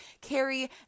Carrie